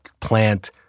plant